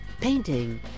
painting